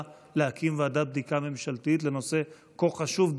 להקים ועדת בדיקה ממשלתית לנושא כה חשוב,